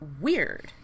weird